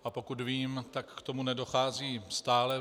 A pokud vím, tak k tomu nedochází stále.